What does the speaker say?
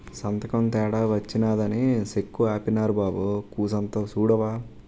సంతకం తేడా వచ్చినాదని సెక్కు ఆపీనారు బాబూ కూసంత సూడవా